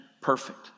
perfect